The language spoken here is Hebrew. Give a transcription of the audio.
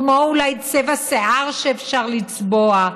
כמו אולי צבע שיער, שאפשר לצבוע,